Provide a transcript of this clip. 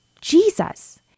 Jesus